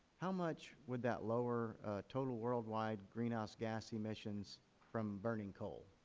how much would that lower total worldwide greenhouse gas emissions from burning coal.